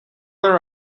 her